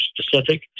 specific